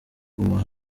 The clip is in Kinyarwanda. guma